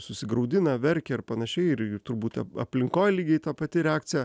susigraudina verkia ir panašiai ir ir turbūt aplinkoj lygiai ta pati reakcija